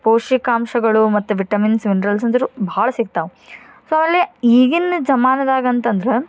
ಪೋಷಕಾಂಶಗಳು ಮತ್ತು vitamins minerals ಅಂದುರು ಭಾಳ ಸಿಗ್ತಾವೆ ಸೊ ಅಲ್ಲಿ ಈಗಿನ ಜಮಾನದಾಗ ಅಂತಂದ್ರೆ